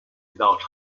without